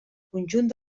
conjunt